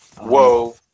Whoa